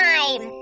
Time